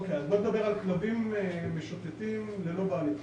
אוקיי אז בוא נדבר על כלבים משוטטים ללא בעלים.